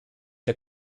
der